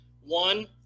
One